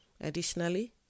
Additionally